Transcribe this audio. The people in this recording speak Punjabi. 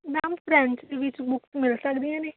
ਮੈਮ ਫ੍ਰੈਂਚ ਦੇ ਵਿੱਚ ਬੁੱਕਸ ਮਿਲ ਸਕਦੀਆਂ ਨੇ